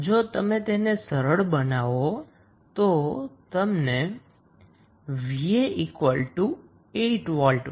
હવે જો તમે સરળ બનાવો તો તમને 𝑣𝑎8𝑉 મળશે